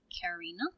Karina